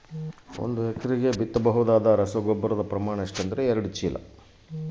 ಒಂದು ಎಕರೆಗೆ ಬಿತ್ತಬಹುದಾದ ರಸಗೊಬ್ಬರದ ಪ್ರಮಾಣ ಎಷ್ಟು?